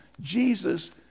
Jesus